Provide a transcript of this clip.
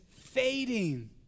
fading